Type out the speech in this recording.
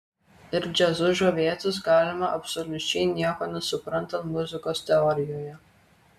ir džiazu žavėtis galima absoliučiai nieko nesuprantant muzikos teorijoje